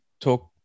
talk